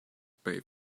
pay